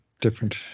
different